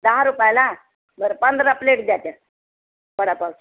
दहा रुपयाला बरं पंधरा प्लेट द्या त्या वडापावचे